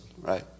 right